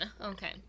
okay